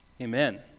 Amen